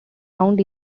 round